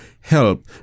Help